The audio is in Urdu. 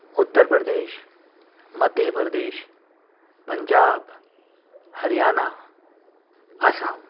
اتر پردیش مدھیہ پردیش پنجاب ہریانہ آسام